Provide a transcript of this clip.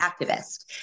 activist